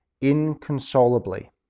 inconsolably